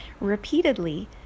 repeatedly